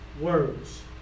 words